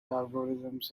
algorithms